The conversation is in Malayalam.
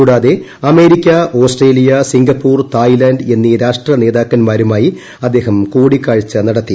കൂടാതെ അമേരിക്ക ഓസ്ട്രേലിയ സിംഗപ്പൂർ തായ്ലാന്റ് എന്നീ രാഷ്ട്രനേതാക്കൻമാരുമായി അദ്ദേഹം കൂടിക്കാഴ്ച നടത്തി